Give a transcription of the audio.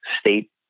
state